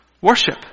Worship